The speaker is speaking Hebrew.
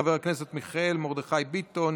חבר הכנסת מיכאל מרדכי ביטון,